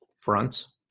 fronts